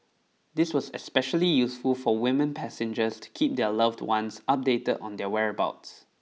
this was especially useful for women passengers to keep their loved ones updated on their whereabouts